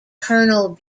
colonel